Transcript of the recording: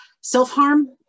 self-harm